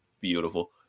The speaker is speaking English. beautiful